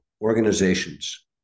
organizations